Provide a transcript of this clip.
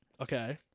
Okay